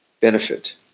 benefit